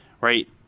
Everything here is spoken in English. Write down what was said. right